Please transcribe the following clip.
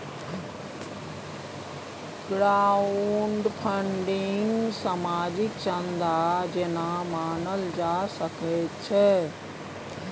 crowdfunding सामाजिक चन्दा जेना मानल जा सकै छै